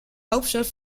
hauptstadt